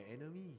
enemy